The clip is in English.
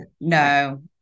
No